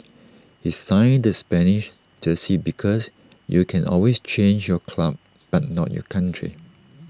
he signed the Spanish jersey because you can always change your club but not your country